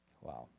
Wow